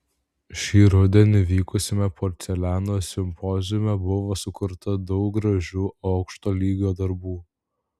šį rudenį vykusiame porceliano simpoziume buvo sukurta daug gražių aukšto lygio darbų